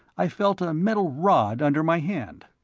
i felt a metal rod under my hand.